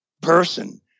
person